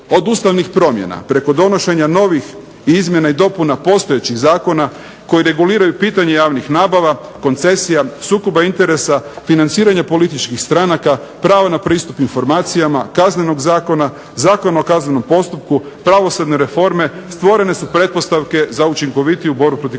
od ustavnih promjena, preko donošenja novih i izmjena i dopuna postojećih zakona koji reguliraju pitanje javnih nabava, koncesija, sukoba interesa, financiranja političkih stranaka, prava na pristup informacijama, Kaznenog zakona, Zakona o kaznenom postupku, pravosudne reforme, stvorene su pretpostavke za učinkovitiju borbu protiv korupcije.